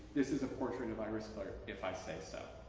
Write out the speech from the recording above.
this is a portrait of iris clert if i say so.